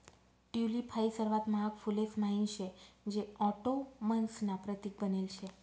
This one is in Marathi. टयूलिप हाई सर्वात महाग फुलेस म्हाईन शे जे ऑटोमन्स ना प्रतीक बनेल शे